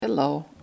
Hello